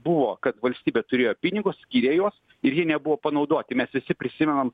buvo kad valstybė turėjo pinigus skyrė juos ir jie nebuvo panaudoti mes visi prisimenam